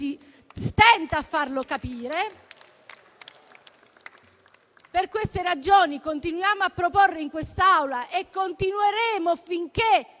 stenta a farlo capire. Per queste ragioni, continuiamo a proporre in quest'Aula - e continueremo finché